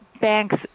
banks